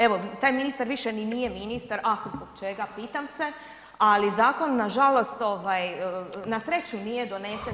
Evo, taj ministar više ni nije ministar, ah, zbog čega pitam se ali zakon nažalost, na sreću nije donesen